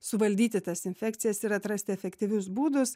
suvaldyti tas infekcijas ir atrasti efektyvius būdus